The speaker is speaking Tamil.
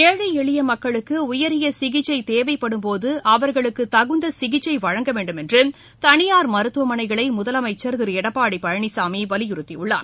ஏழை எளிய மக்களுக்கு உயரிய சிகிச்சை தேவைப்படும்போது அவர்களுக்கு தகுந்த சிகிச்சை வழங்க வேண்டும் என்று தனியார் மருத்துவமனைகளை முதலமைச்சர் திரு எடப்பாடி பழனிசாமி வலியுறுத்தியுள்ளார்